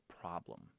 problem